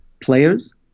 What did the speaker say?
players